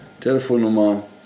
Telefonnummer